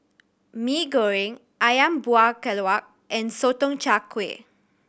Mee Goreng Ayam Buah Keluak and Sotong Char Kway